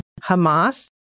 Hamas